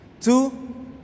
Two